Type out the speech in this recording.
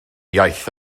iaith